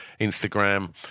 Instagram